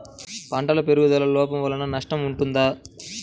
పంటల పెరుగుదల లోపం వలన నష్టము ఉంటుందా?